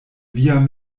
vian